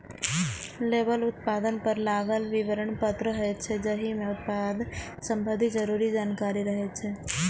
label उत्पाद पर लागल विवरण पत्र होइ छै, जाहि मे उत्पाद संबंधी जरूरी जानकारी रहै छै